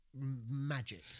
magic